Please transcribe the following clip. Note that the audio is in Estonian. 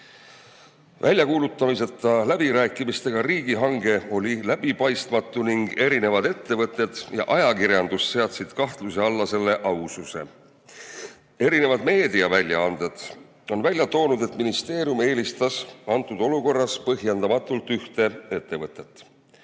Väljakuulutamiseta läbirääkimistega riigihange oli läbipaistmatu ning erinevad ettevõtted ja ajakirjandus on kahtluse alla seadnud selle aususe. Erinevad meediaväljaanded on välja toonud, et ministeerium eelistas selles olukorras põhjendamatult ühte ettevõtet.